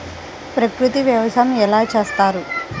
ప్రకృతి వ్యవసాయం ఎలా చేస్తారు?